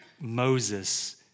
Moses